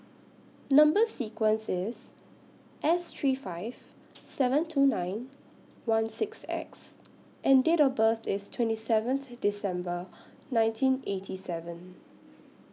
Number sequence IS S three five seven two nine one six X and Date of birth IS twenty seventh December nineteen eighty seven